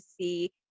see